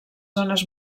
zones